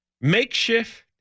makeshift